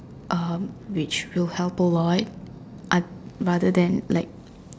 um which will help a lot oth~ rather then like